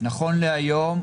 נכון להיום,